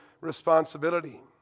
responsibility